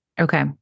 Okay